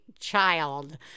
child